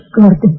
Gordon